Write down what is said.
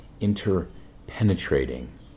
interpenetrating